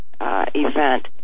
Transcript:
event